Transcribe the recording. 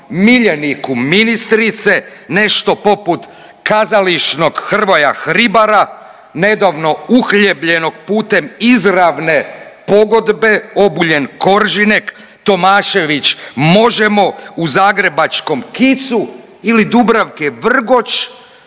miljeniku ministrice nešto poput kazališnog Hrvoja HRibara nedavno uhljebljenog putem izravne pogodbe Obuljen Koržinek, Tomašević Možemo u zagrebačkom KIC-u ili Dubravke Vrgoč